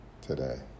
today